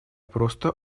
просто